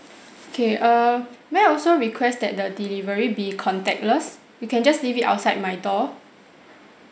okay err may I also request that the delivery be contactless you can just leave it outside my door